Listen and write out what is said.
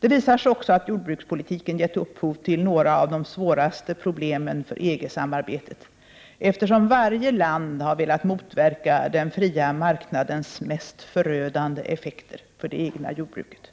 Det visar sig också att jordbrukspolitiken gett upphov till några av de svåraste problemen för EG-samarbetet, eftersom varje land har velat motverka den fria marknadens mest förödande effekter för det egna jordbruket.